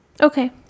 Okay